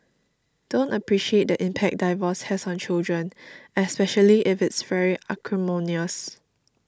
don't appreciate the impact divorce has on children especially if it's very acrimonious